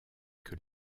que